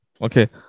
Okay